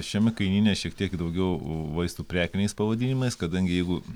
šiame kainyne šiek tiek daugiau vaistų prekiniais pavadinimais kadangi jeigu